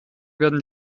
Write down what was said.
werden